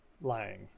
lying